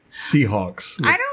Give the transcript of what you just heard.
Seahawks